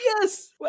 Yes